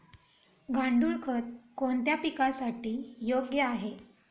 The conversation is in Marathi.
गांडूळ खत कोणत्या पिकासाठी योग्य आहे?